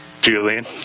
Julian